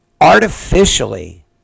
artificially